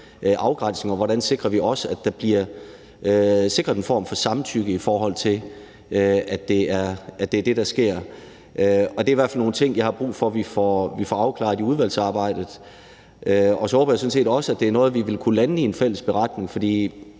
afgrænsning, og hvordan sikrer vi også, at der bliver sikret en form for samtykke, i forhold til at det er det, der sker? Det er i hvert fald nogle ting, jeg har brug for vi får afklaret i udvalgsarbejdet. Så håber jeg sådan set også, at det er noget, vi vil kunne lande i en fælles beretning, for